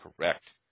Correct